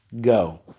go